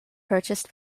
purchased